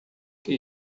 que